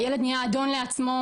הילד נהיה אדון לעצמו,